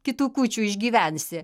kitų kūčių išgyvensi